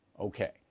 Okay